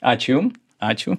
ačiū jum ačiū